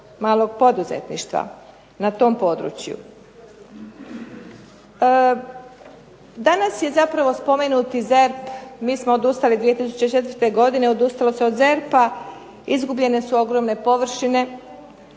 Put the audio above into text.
malog poduzetništva na tom području. Danas je zapravo spomenuti ZERP, mi smo odustali 2004. godine, odustalo se od ZERP-a, izgubljene su ogromne površine,